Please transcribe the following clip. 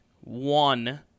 one